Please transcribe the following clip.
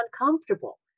uncomfortable